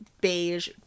beige